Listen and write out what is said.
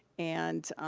and